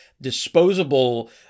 disposable